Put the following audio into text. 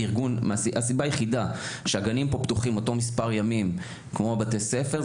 הסיבה היחידה שהגנים פה פתוחים אותו מספר ימים כמו בתי הספר,